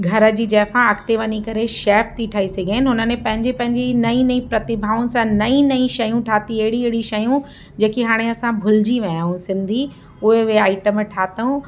घर जी जाइफ़ा अॻिते वञी करे शैफ थी ठही सघनि उन्हनि पंहिंजी पंहिंजी नई नई प्रतिभाउनि सां नईं नईं शयूं ठाती अहिड़ी अहिड़ी शयूं जेकी हाणे असां भुलिजी विया आहियूं सिंधी उहो वे आइटम ठातऊं